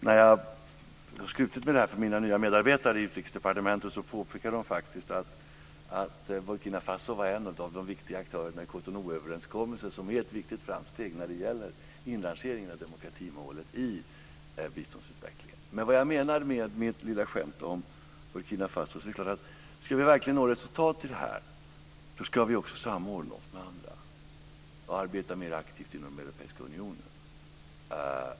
När jag har skrutit med detta för mina nya medarbetare i Utrikesdepartementet påpekar de faktiskt att Burkina Faso var en var de viktiga aktörerna i Cotonouöverenskommelsen, som är ett viktigt framsteg när det gäller inrangeringen av demokratimålet i biståndsutvecklingen. Vad jag menar med mitt lilla skämt om Burkina Faso är att vi, om vi verkligen ska nå resultat, ska samordna oss med andra och arbeta mer aktivt inom den europeiska unionen.